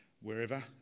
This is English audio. wherever